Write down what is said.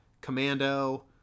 Commando